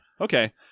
Okay